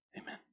amen